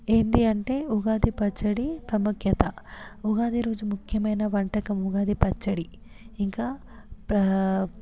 ఏంటి అంటే ఉగాది పచ్చడి ప్రాముఖ్యత ఉగాది రోజు ముఖ్యమైన వంటకం ఉగాది పచ్చడి ఇంకా ప్ర